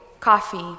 coffee